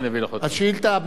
בהחלט.